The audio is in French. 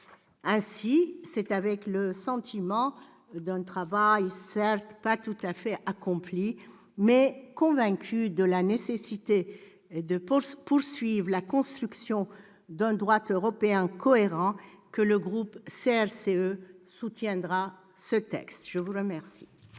Ainsi, c'est avec le sentiment d'un travail certes pas tout à fait accompli, mais convaincu de la nécessité de poursuivre la construction d'un droit européen cohérent, que le groupe CRCE soutiendra ce texte. La parole